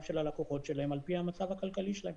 של הלקוחות שלהם על פי המצב הכלכלי שלהם.